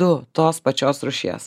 du tos pačios rūšies